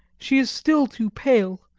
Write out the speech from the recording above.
she is still too pale,